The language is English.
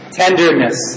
tenderness